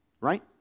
right